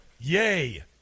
Yay